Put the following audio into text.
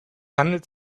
handelt